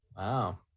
Wow